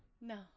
No